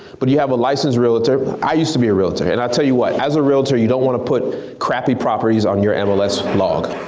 but you have a licensed realtor. i used to be a realtor and i tell you what, as a realtor you don't want to put crappy properties on your and mls log.